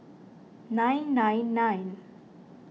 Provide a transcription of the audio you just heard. nine nine nine